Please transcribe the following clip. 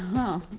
huh.